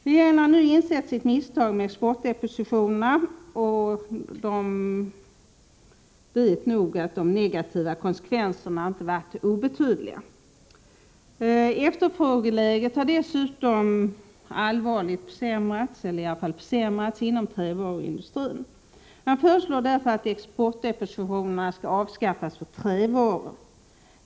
Regeringen har nu insett sitt misstag med exportdepositionerna och vet nog att de negativa konsekvenserna inte har varit obetydliga. Efterfrågeläget har dessutom försämrats inom trävaruindustrin. Man föreslår därför att exportdepositionerna skall avskaffas för trävaror.